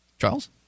Charles